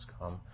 come